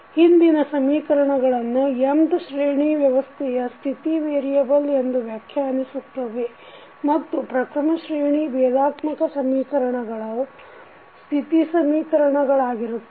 ಹಿಂದಿನ ಸಮೀಕರಣಗಳನ್ನು nth ಶ್ರೇಣಿ ವ್ಯವಸ್ಥೆಯ ಸ್ಥಿತಿ ವೇರಿಯಬಲ್ ಎಂದು ವ್ಯಾಖ್ಯಾನಿಸುತ್ತವೆ ಮತ್ತು ಪ್ರಥಮಶ್ರೇಣಿ ಬೇಧಾತ್ಮಕ ಸಮೀಕರಣಗಳು ಸ್ಥಿತಿ ಸಮೀಕರಣಗಳಾಗಿರುತ್ತವೆ